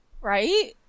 Right